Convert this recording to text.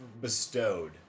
bestowed